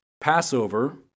Passover